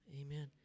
Amen